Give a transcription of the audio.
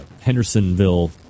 Hendersonville